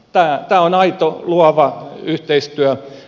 tämä on aito luova yhteistyöprosessi